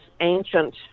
ancient